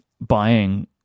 buying